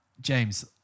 james